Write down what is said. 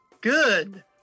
Good